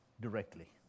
directly